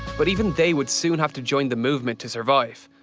but even they would soon have to join the movement to survive.